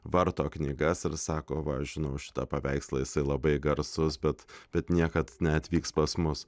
varto knygas ir sako va aš žinau šitą paveikslą jisai labai garsus bet bet niekad neatvyks pas mus